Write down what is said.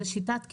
שיטת קידוד.